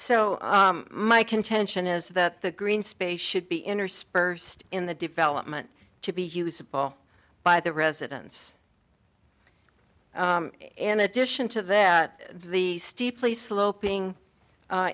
so my contention is that the green space should be interspersed in the development to be usable by the residents in addition to that the steeply sloping